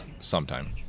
sometime